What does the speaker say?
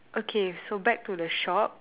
okay so back to the shop